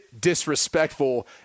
disrespectful